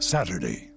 Saturday